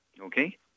Okay